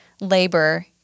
labor